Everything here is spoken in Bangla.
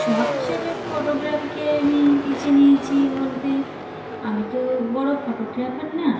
শখ হিসেবে ফটোগ্রাফিকে আমি বেছে নিয়েছি বলতে আমি তো বড়ো ফটোগ্রাফার না